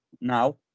now